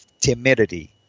timidity